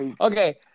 Okay